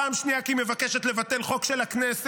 פעם שנייה כי היא מבקשת לבטל חוק של הכנסת,